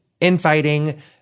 infighting